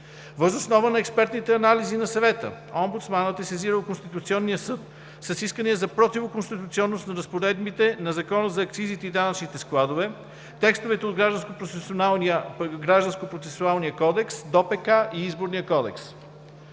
Въз основа на експертните анализи на Съвета, омбудсманът е сезирал Конституционния съд с искания за противоконституционност на разпоредбите на Закона за акцизите и данъчните складове, текстове от Гражданско процесуалния кодекс, ДОПК и Изборния кодекс.